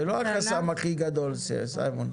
זה לא החסם הכי גדול שיש, סימון.